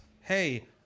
hey